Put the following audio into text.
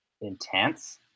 intense